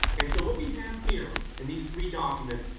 and so what we have here, in these three documents,